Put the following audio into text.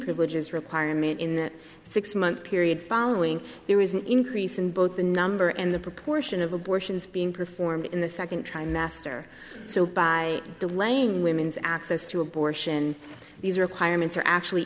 privileges requirement in the six month period following there is an increase in both the number and the proportion of abortions being performed in the second trimester so by delaying women's access to abortion these requirements are actually